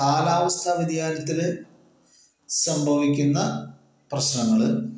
കാലാവസ്ഥ വ്യതിയാനത്തില് സംഭവിക്കുന്ന പ്രശ്നങ്ങള്